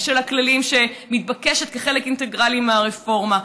של הכללים, שמתבקשת כחלק אינטגרלי מהרפורמה.